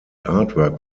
artwork